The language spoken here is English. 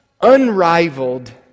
unrivaled